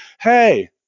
Hey